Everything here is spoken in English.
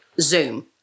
zoom